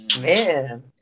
Man